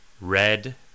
red